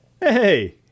hey